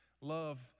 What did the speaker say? Love